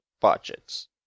budgets